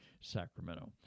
sacramento